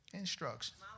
instructions